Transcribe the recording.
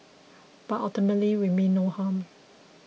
but ultimately we mean no harm